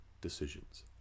decisions